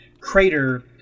crater